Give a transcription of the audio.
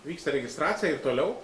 vyksta registracija ir toliau